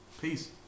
Peace